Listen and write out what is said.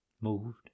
moved